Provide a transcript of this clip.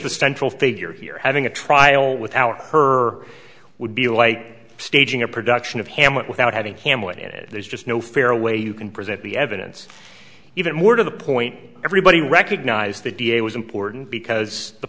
the central figure here having a trial without her would be like staging a production of hamlet without having hamlet in it there's just no fair way you can present the evidence even more to the point everybody recognized the da was important because the